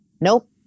nope